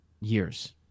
years